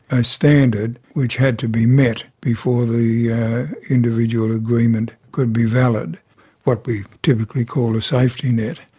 a standard which had to be met before the individual agreement could be valid what we typically call a safety net.